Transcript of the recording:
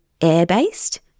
air-based